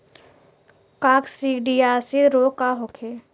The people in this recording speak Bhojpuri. काकसिडियासित रोग का होखे?